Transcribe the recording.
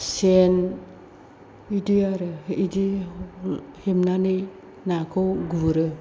सेन बिदि आरो बिदि हेबनानै नाखौ गुरो